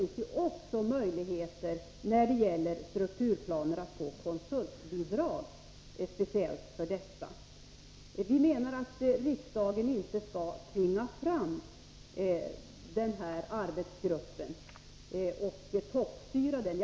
När det gäller strukturplanerna kan man också få speciella konsultbidrag. Riksdagen skall inte tvinga fram denna arbetsgrupp och toppstyra den.